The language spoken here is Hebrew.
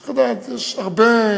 צריך לדעת, יש הרבה,